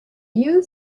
you